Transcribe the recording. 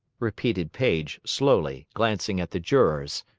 repeated paige, slowly, glancing at the jurors.